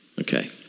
Okay